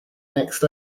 next